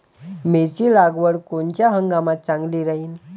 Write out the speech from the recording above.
मिरची लागवड कोनच्या हंगामात चांगली राहीन?